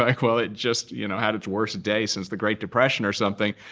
like, well, it just you know had its worst day since the great depression or something.